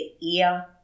ear